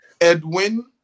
Edwin